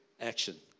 action